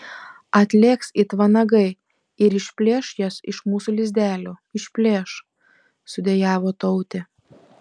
atlėks it vanagai ir išplėš jas iš mūsų lizdelio išplėš sudejavo tautė